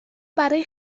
برای